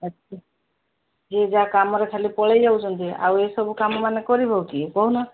ଯିଏ ଯାହା କାମରେ ଖାଲି ପଳେଇଯାଉଛନ୍ତି ଆଉ ଏ ସବୁ କାମ ମାନେ କରିବ କିଏ କହୁନ